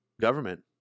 government